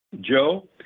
Joe